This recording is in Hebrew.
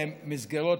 לא,